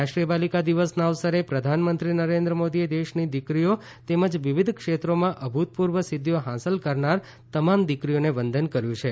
રાષ્ટ્રીય બાલિકા દિવસના અવસરે પ્રધાનમંત્રી નરેન્દ્ર મોદીએ દેશની દીકરીઓ તેમજ વિવિધ ક્ષેત્રોમાં અભૂતપૂર્વ સિદ્ધિઓ હાંસલ કરનાર તમામ દીકરીઓને વંદન કર્યું છે